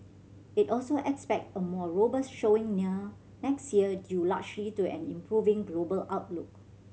it also expect a more robust showing next year due largely to an improving global outlook